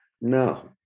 No